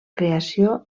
creació